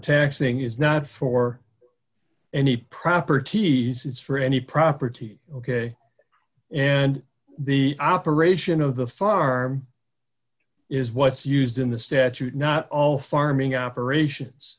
taxing is not for any properties it's for any property ok and the operation of the farm is what's used in the statute not all farming operations